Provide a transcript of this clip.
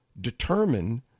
determine